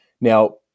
Now